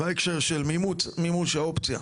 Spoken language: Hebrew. בהקשר של מימוש האופציה,